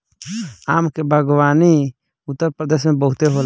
आम के बागवानी उत्तरप्रदेश में बहुते होला